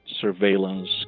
surveillance